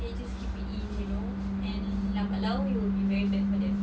they just keep it in you know and lambat laun it will be very bad for them